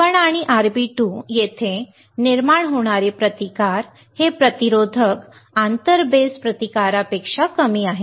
RB1 आणि RB2 येथे निर्माण होणारे प्रतिकार हे प्रतिरोधक आंतर बेस प्रतिकारापेक्षा कमी आहेत